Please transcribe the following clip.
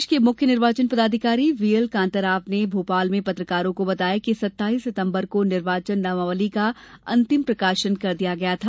प्रदेश के मुख्य निर्वाचन पदाधिकारी वीएल कान्ताराव ने भोपाल में पत्रकारों को बताया कि सितम्बर को निर्वाचन नामावली का अंतिम प्रकाशन कर दिया गया था